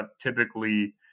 typically